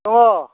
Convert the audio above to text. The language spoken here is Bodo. दङ